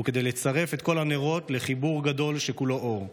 וכדי לצרף את כל הנרות לחיבור גדול שכולו אור.